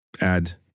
add